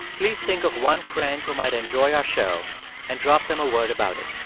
please think of one friend who might enjoy our show and drop them a word about it.